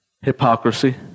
hypocrisy